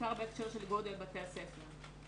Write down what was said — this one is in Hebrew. בעיקר בהקשר של גודל בתי הספר.